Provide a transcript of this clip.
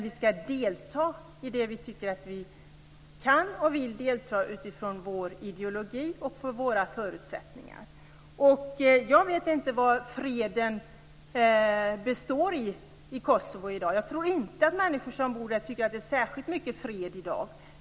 Vi skall delta i det som vi tycker att vi kan och vill delta i utifrån vår ideologi och våra förutsättningar. Jag vet inte vari freden består i Kosovo i dag. Jag tror inte att människor som bor där tycker att det är särskilt mycket fred i dag.